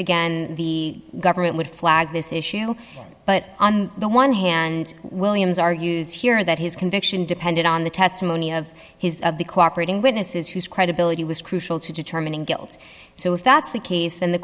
again the government would flag this issue but on the one hand williams argues here that his conviction depended on the testimony of his of the cooperating witnesses whose credibility was crucial to determining guilt so if that's the case then the